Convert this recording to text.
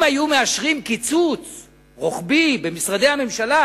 אם היו מאשרים קיצוץ רוחבי במשרדי הממשלה,